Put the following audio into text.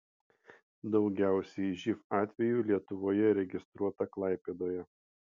daugiausiai živ atvejų lietuvoje registruota klaipėdoje